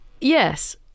yes